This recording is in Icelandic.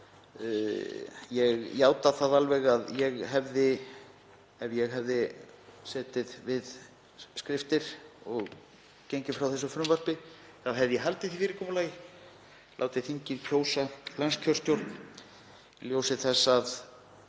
Ég játa það alveg að ég hefði, ef ég hefði setið við skriftir og gengið frá þessu frumvarpi, haldið því fyrirkomulagi og látið þingið kjósa landskjörstjórn í ljósi þess að